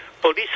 police